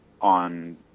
on